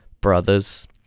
brothers